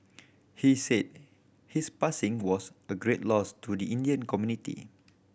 he said his passing was a great loss to the Indian community